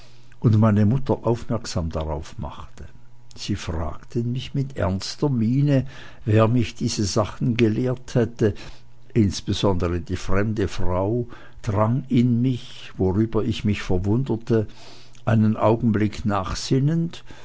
und meine mutter aufmerksam darauf machte sie fragten mich mit ernster miene wer mich diese sachen gelehrt hätte insbesondere die fremde frau drang in mich worüber ich mich verwunderte einen augenblick